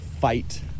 fight